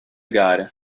gare